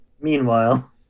Meanwhile